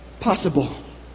possible